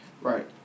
Right